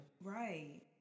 Right